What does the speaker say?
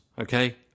Okay